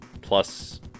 plus